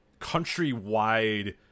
countrywide